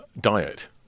diet